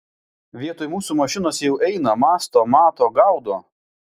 vietoj mūsų mašinos jau eina mąsto mato gaudo